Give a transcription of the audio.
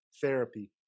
therapy